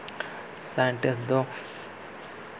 scientist ᱫᱚ